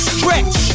Stretch